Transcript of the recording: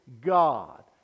God